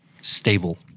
stable